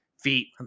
feet